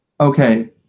Okay